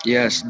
Yes